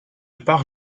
part